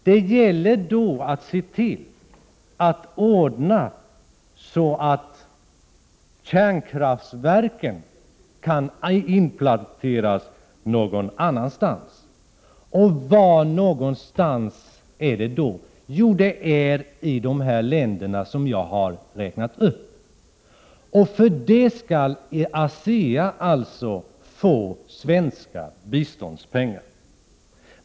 Det gäller då att se z fär SEK fn till att kärnkraftverken kan inplanteras någon annanstans, men var? Jo, i de länder som jag har räknat upp. För det här ändamålet skall alltså ASEA få svenska biståndspengar!